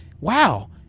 Wow